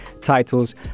titles